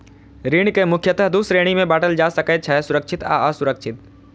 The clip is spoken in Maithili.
ऋण कें मुख्यतः दू श्रेणी मे बांटल जा सकै छै, सुरक्षित आ असुरक्षित